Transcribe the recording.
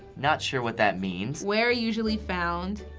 not sure what that means. where usually found,